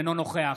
אינו נוכח